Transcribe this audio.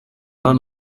hano